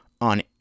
on